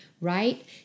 right